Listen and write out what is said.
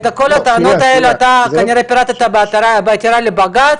את כל הטענות האלה אתה כנראה פירטת בעתירה לבג"ץ